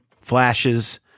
flashes